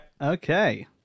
Okay